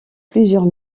plusieurs